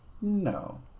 No